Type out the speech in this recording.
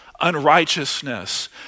unrighteousness